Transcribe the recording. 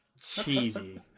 Cheesy